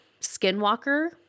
skinwalker